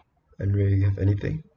you have anything